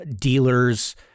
dealers